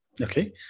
Okay